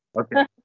okay